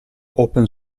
open